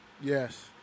Yes